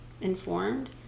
informed